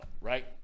right